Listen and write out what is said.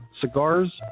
cigars